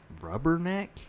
Rubberneck